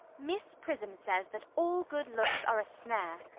miss prism says that all good looks are a snare.